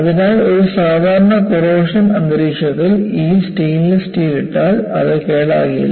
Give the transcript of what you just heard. അതിനാൽ ഒരു സാധാരണ കൊറോഷൻ അന്തരീക്ഷത്തിൽ നിങ്ങൾ ഒരു സ്റ്റെയിൻലെസ് സ്റ്റീൽ ഇട്ടാൽ അത് കേടാകില്ല